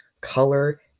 color